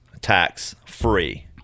tax-free